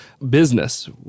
business